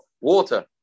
water